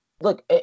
look